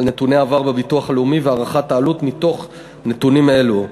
על נתוני עבר בביטוח הלאומי והערכת העלות מתוך נתונים אלו.